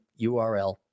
URL